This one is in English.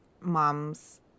mom's